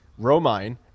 Romine